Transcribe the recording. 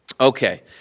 Okay